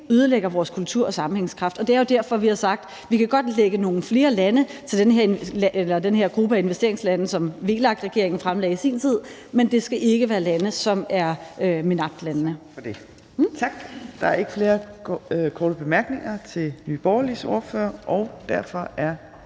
ikke ødelægger vores kultur og sammenhængskraft. Og det er jo derfor, vi har sagt, at vi godt kan lægge nogle flere lande til den her gruppe af investeringslande, som VLAK-regeringen fremlagde i sin tid, men det skal ikke være MENAPT-landene. Kl. 13:36 Tredje næstformand (Trine Torp): Tak. Der er ikke flere korte bemærkninger til Nye Borgerliges ordfører, og derfor er